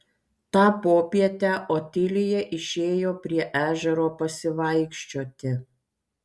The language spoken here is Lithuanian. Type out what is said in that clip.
tą popietę otilija išėjo prie ežero pasivaikščioti